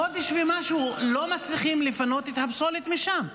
חודש ומשהו לא מצליחים לפנות את הפסולת משם.